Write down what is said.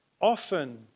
often